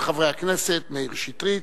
של חברי הכנסת מאיר שטרית,